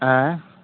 आँय